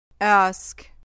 Ask